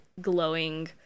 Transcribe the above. glowing